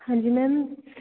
ਹਾਂਜੀ ਮੈਮ